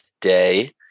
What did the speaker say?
today